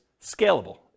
scalable